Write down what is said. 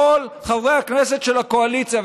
כל חברי הכנסת של הקואליציה,